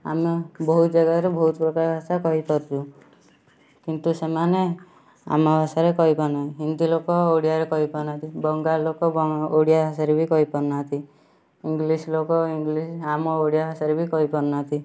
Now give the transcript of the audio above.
ଆମେ ବହୁତ ଜାଗାରେ ବହୁତ ପ୍ରକାର ଭାଷା କହିପାରୁଛୁ କିନ୍ତୁ ସେମାନେ ଆମ ଭାଷାରେ କହିପାରୁନାହାନ୍ତି ହିନ୍ଦୀଲୋକ ଓଡ଼ିଆରେ କହିପାରୁନାହାନ୍ତି ବଙ୍ଗାଳୀଲୋକ ଓଡ଼ିଆ ଭାଷାରେ ବି କହିପାରୁନାହାନ୍ତି ଇଂଲିଶ ଲୋକ ଇଂଲିଶ ଆମ ଓଡ଼ିଆ ଭାଷାରେ ବି କହିପାରୁନାହାନ୍ତି